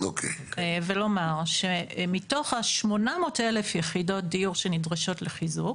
ולומר שמתוך ה-800,000 יחידות דיור שנדרשות לחיזוק,